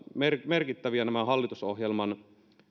merkittäviä ovat nämä hallitusohjelman